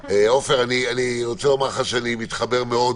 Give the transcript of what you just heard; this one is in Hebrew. עופר, אני מתחבר מאוד